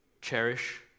cherish